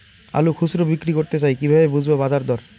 আলু খুচরো বিক্রি করতে চাই কিভাবে বুঝবো বাজার দর?